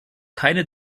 keine